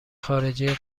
خارجی